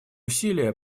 усилия